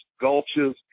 gulches